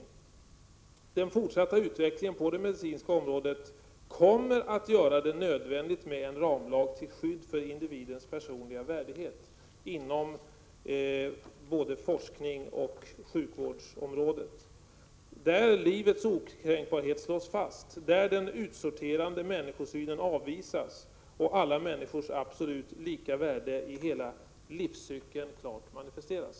sselsäutningen medicinska området kommer att göra det nödvändigt med en ramlag till TNE Oka piskade: skydd för individens personliga värdighet på både forskningsoch sjukvårds berg området, en lag där livets okränkbarhet slås fast, där den utsorterande människosynen avvisas och där alla människors absolut lika värde i hela livscykeln klart manifesteras.